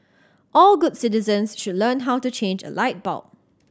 all good citizens should learn how to change a light bulb